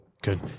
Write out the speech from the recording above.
Good